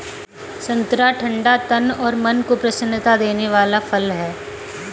संतरा ठंडा तन और मन को प्रसन्नता देने वाला फल है